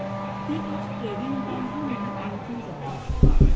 ही एक trading bank म्हणून ओळखली जाते